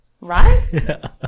Right